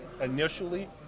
initially